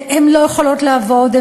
והן לא יכולות לעבוד,